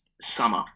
summer